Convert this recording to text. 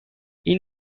این